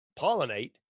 pollinate